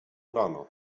rano